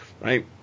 right